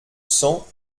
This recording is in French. cents